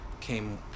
came